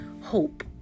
hope